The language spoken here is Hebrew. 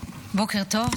בוקר טוב.